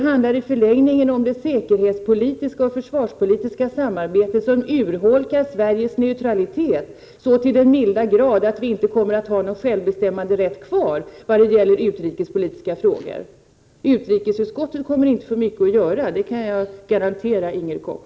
I förlängningen handlar det om säkerhetspolitiskt och försvarspolitiskt samarbete som urholkar Sveriges neutralitet så till den milda grad att vi inte kommer att ha någon självbestämmanderätt kvar vad gäller utrikespolitiska frågor. Utrikesutskottet kommer inte att få mycket att göra — det kan jag garantera Inger Koch.